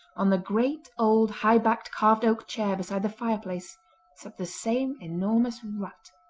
on the great old high-backed carved oak chair beside the fireplace sat the same enormous rat,